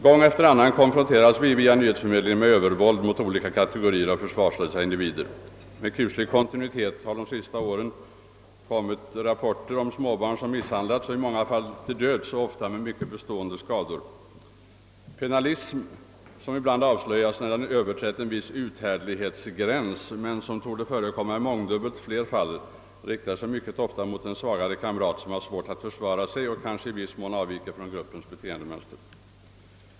Gång efter annan konfronteras vi via nyhetsförmedlingen med övervåld mot olika kategorier av försvarslösa individer. Med kuslig kontinuitet har vi de senaste åren fått ta del av rapporter om småbarn som misshandlats, i många fall till döds och mycket ofta så att bestående skador uppstått. Pennalism, som ibland avslöjas när den överträtt en viss uthärdlighetsgräns men som torde förekomma i mångdubbelt fler fall, riktar sig mycket ofta mot en svagare kamrat som har svårt att försvara sig och kanske i viss mån avviker från gruppens beteendemönster.